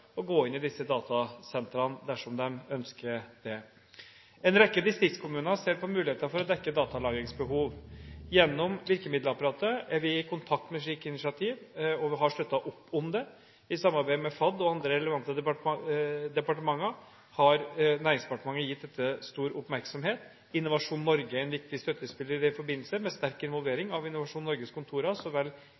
gå inn i disse datasentrene, dersom de ønsker det. En rekke distriktskommuner ser på muligheter for å dekke datalagringsbehov. Gjennom virkemiddelapparatet er vi i kontakt med slike initiativer og har støttet opp om det. I samarbeid med Fornyings-, administrasjons- og kirkedepartementet og andre relevante departementer har Nærings- og handelsdepartementet gitt dette stor oppmerksomhet. Innovasjon Norge er en viktig støttespiller i den forbindelse, med sterk involvering av Innovasjon Norges kontorer